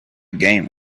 game